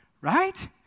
right